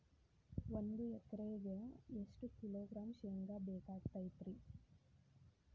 ಒಂದು ಎಕರೆಗೆ ಎಷ್ಟು ಕಿಲೋಗ್ರಾಂ ಶೇಂಗಾ ಬೇಕಾಗತೈತ್ರಿ?